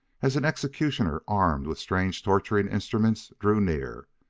as an executioner, armed with strange torturing instruments, drew near.